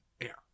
air